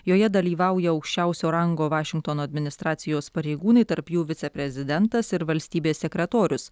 joje dalyvauja aukščiausio rango vašingtono administracijos pareigūnai tarp jų viceprezidentas ir valstybės sekretorius